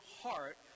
heart